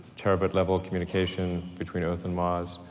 terabyte level communication between earth and mars,